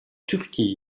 turquie